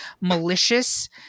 malicious